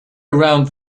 around